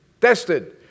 Tested